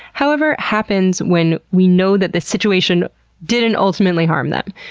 however, happens when we know that the situation didn't ultimately harm them.